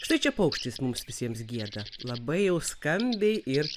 štai čia paukštis mums visiems gieda labai jau skambiai ir